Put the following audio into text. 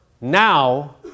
now